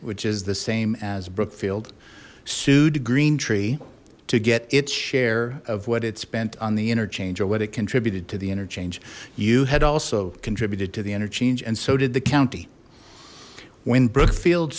which is the same as brookfield sued green tree to get its share of what it spent on the interchange or what it contributed to the interchange you had also contributed to the interchange and so did the county when brookfield